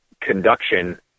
Conduction